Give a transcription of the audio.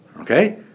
okay